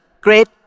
great